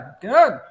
good